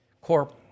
Corp